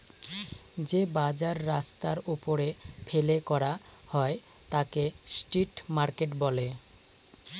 যে বাজার রাস্তার ওপরে ফেলে করা হয় তাকে স্ট্রিট মার্কেট বলে